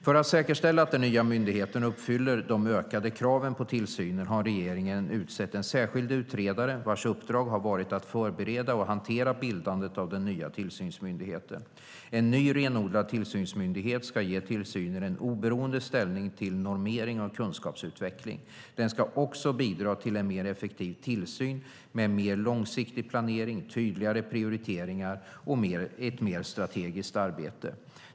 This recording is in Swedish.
För att säkerställa att den nya myndigheten uppfyller de ökade kraven på tillsynen har regeringen utsett en särskild utredare vars uppdrag har varit att förbereda och hantera bildandet av den nya tillsynsmyndigheten. En ny renodlad tillsynsmyndighet ska ge tillsynen en oberoende ställning till normering och kunskapsutveckling. Den ska också bidra till en mer effektiv tillsyn med mer långsiktig planering, tydligare prioriteringar och ett mer strategiskt arbete.